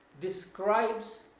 describes